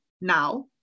now